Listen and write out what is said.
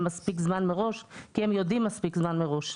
מספיק זמן מראש כי הם יודעים מספיק זמן מראש.